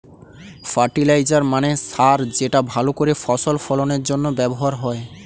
fertiliser মানে সার যেটা ভালো করে ফসল ফলনের জন্য ব্যবহার হয়